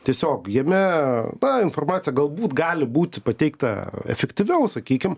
tiesiog jame na informacija galbūt gali būti pateikta efektyviau sakykim